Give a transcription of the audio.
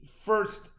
first